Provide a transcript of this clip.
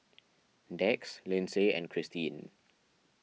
Dax Lyndsay and Christeen